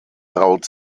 braut